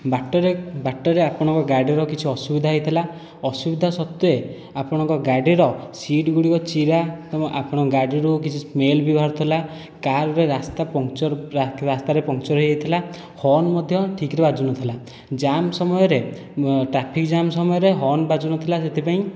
ବାଟରେ ବାଟରେ ଆପଣଙ୍କ ଗାଡ଼ିର କିଛି ଅସୁବିଧା ହୋଇଥିଲା ଅସୁବିଧା ସତ୍ତ୍ଵେ ଆପଣଙ୍କ ଗାଡ଼ିର ସିଟ୍ ଗୁଡ଼ିକ ଚିରା ଆପଣଙ୍କ ଗାଡ଼ିରୁ କିଛି ସ୍ମେଲ ବି ବାହାରୁଥିଲା କାରରେ ରାସ୍ତା ପମ୍ପଚର୍ ରାସ୍ତାରେ ପମ୍ପଚର୍ ହୋଇ ଯାଇଥିଲା ହର୍ଣ୍ଣ ମଧ୍ୟ ଠିକରେ ବାଜୁ ନଥିଲା ଜାମ୍ ସମୟରେ ଟ୍ରାଫିକ ଜାମ୍ ସମୟରେ ହର୍ଣ୍ଣ ବାଜୁନଥିଲା ସେଥିପାଇଁ